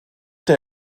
der